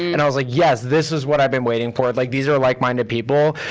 and i was like, yes, this is what i've been waiting for. like these are like my new people.